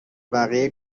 بقیه